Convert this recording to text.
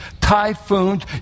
typhoons